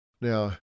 Now